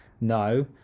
No